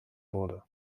wurde